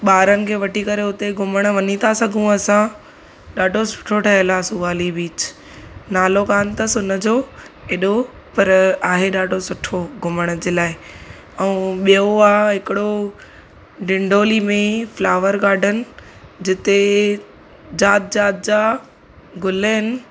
ॿारनि खे वठी करे हुते घुमण वञी था सघूं असां ॾाढो सुठो ठहियल आहे सुवाली बीच नालो कानि अथसि हुनजो एॾो पर आहे ॾाढो सुठो घुमण जे लाइ ऐं ॿियो आहे हिकिड़ो डिंडोली में फ्लावर गार्डन जिते जात जात जा गुल आहिनि